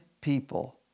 people